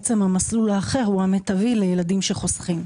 המסלול האחר הוא המיטבי לילדים שחוסכים,